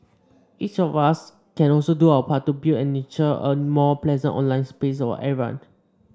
each of us can also do our part to build and nurture a more pleasant online space for everyone